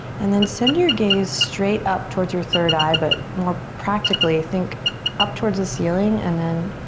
and then send your gaze straight up towards your third eye, but more practically think up towards the ceiling and then